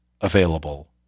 available